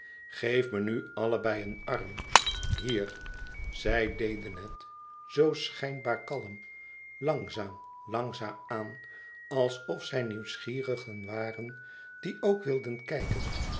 geef me nu allebei een arm hier zij deden het zoo schijnbaar kalm langzaam langzaam aan alsof zij nieuwsgierigen waren die ook wilden kijken